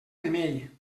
remei